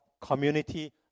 community